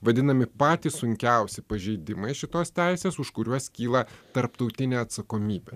vadinami patys sunkiausi pažeidimai šitos teisės už kuriuos kyla tarptautinė atsakomybė